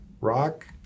rock